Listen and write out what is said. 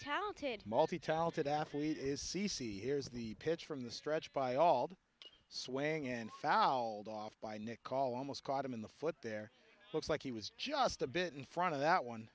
talented multi talented athlete is c c here's the pitch from the stretch by all the swaying and fouled off by nichol almost caught him in the foot there looks like he was just a bit in front of that one